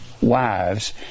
wives